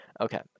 okay